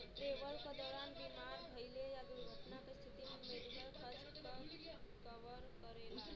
travel क दौरान बीमार भइले या दुर्घटना क स्थिति में मेडिकल खर्च क कवर करेला